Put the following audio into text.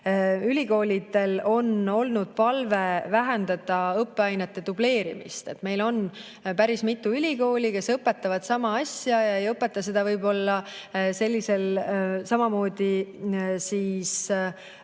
ülikoolidele on olnud palve vähendada õppeainete dubleerimist. Meil on päris mitu ülikooli, kes õpetavad sama asja, aga ei õpeta seda võib-olla samal tasemel.